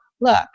look